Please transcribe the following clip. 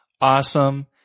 awesome